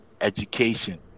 education